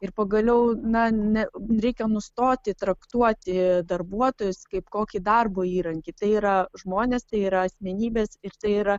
ir pagaliau na ne reikia nustoti traktuoti darbuotojus kaip kokį darbo įrankį tai yra žmonės tai yra asmenybės ir tai yra